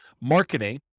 marketing